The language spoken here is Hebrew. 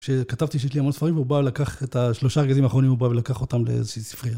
כשכתבתי שיש לי המון ספרים והוא בא לקח את השלושה הארגזים האחרונים, הוא בא ולקח אותם לאיזושהי ספרייה.